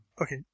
Okay